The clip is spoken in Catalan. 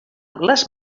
les